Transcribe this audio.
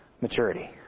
maturity